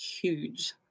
huge